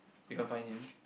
you can't find him